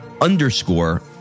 underscore